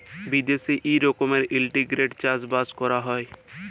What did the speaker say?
বিদ্যাশে ই রকমের ইলটিগ্রেটেড চাষ বাস ক্যরা হ্যয়